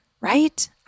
right